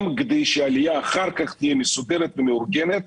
כדי שהעלייה אחר כך תהיה מסודרת ומאורגנת,